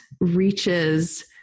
reaches